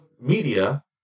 media